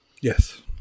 Yes